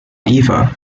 eva